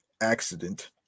accident